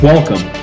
Welcome